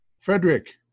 Frederick